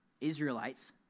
Israelites